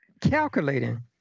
calculating